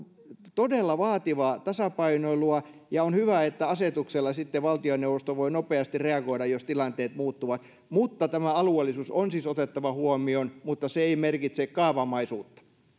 todella vaativaa tasapainoilua ja on hyvä että asetuksella sitten valtioneuvosto voi nopeasti reagoida jos tilanteet muuttuvat mutta tämä alueellisuus on siis otettava huomioon mutta se ei merkitse kaavamaisuutta